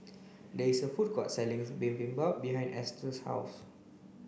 there is a food court Bibimbap behind Esther's house